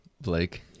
Blake